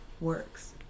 works